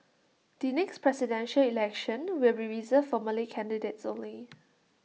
the next Presidential Election will be reserved for Malay candidates only